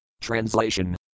Translation